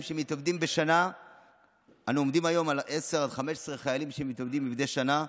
מתאבדים בשנה אנו עומדים כיום על 10 15 חיילים שמתאבדים מדי שנה.